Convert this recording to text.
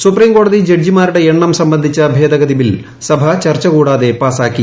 supreme കോടതി ജഡ്ജിമാരുടെ ് എണ്ണം സംബന്ധിച്ച ഭേദഗതി ബിൽ സഭ ചർച്ച കൂടാത്തെ പ്രാസ്സാക്കി